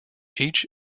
each